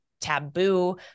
taboo